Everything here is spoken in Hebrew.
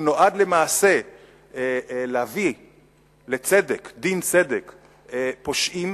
הוא נועד למעשה להביא לדין צדק פושעים,